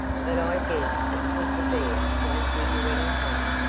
but i guess a sniff of air won't do you any harm.